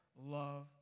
love